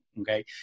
okay